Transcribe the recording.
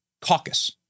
caucus